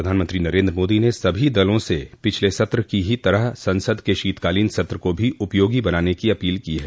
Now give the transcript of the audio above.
प्रधानमंत्री नरेन्द्र मोदी ने सभी दलों से पिछले सत्र की ही तरह संसद के शीतकालीन सत्र को भी उपयोगी बनाने की अपील की है